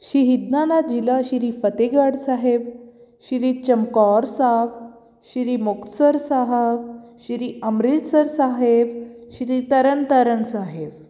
ਸ਼ਹੀਦਾਂ ਦਾ ਜ਼ਿਲ੍ਹਾ ਸ਼੍ਰੀ ਫਤਿਹਗੜ੍ਹ ਸਾਹਿਬ ਸ਼੍ਰੀ ਚਮਕੌਰ ਸਾਹਿਬ ਸ਼੍ਰੀ ਮੁਕਤਸਰ ਸਾਹਿਬ ਸ਼੍ਰੀ ਅੰਮ੍ਰਿਤਸਰ ਸਾਹਿਬ ਸ਼੍ਰੀ ਤਰਨਤਾਰਨ ਸਾਹਿਬ